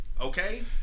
okay